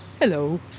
Hello